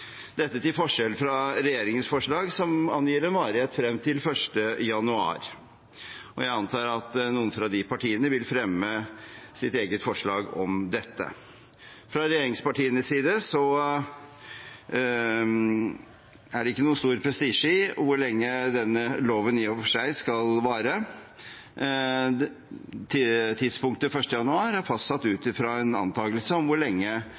dette til forskjell fra regjeringens forslag, som angir en varighet frem til 1. januar 2021. Jeg antar at noen fra de partiene vil fremme sitt eget forslag om dette. Fra regjeringspartienes side er det ikke noen stor prestisje i hvor lenge denne loven i og for seg skal vare. Tidspunktet 1. januar er fastsatt ut fra en antakelse om hvor lenge